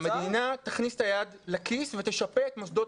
המדינה תכניס את היד לכיס ותשפה את מוסדות